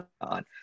on